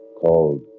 called